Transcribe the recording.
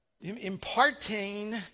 Imparting